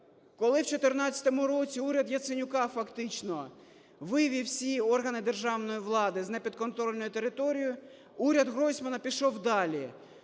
коли у 2014 році уряд Яценюка фактично вивів всі органи державної влади з непідконтрольної території, уряд Гройсмана пішов далі.